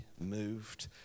moved